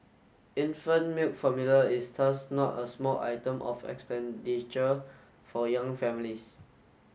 infant milk formula is thus not a small item of expenditure for young families